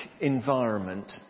environment